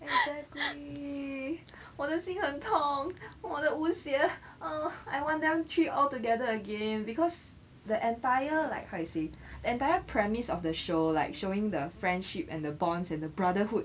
exactly 我的心很痛我的 wu xie uh I want them three all together again because the entire like how say the entire premise of the show like showing the friendship and the bonds and the brotherhood